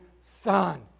son